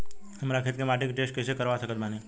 हमरा खेत के माटी के टेस्ट कैसे करवा सकत बानी?